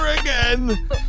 again